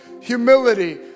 humility